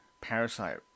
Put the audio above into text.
Parasite